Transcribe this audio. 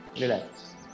Relax